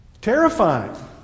Terrifying